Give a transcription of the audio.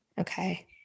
Okay